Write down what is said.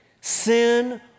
Sin